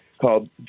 called